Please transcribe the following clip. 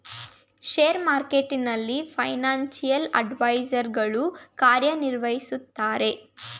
share ಮಾರ್ಕೆಟ್ನಲ್ಲಿ financial advisor ಗಳು ಕಾರ್ಯ ನಿರ್ವಹಿಸುತ್ತಾರೆ